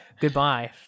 goodbye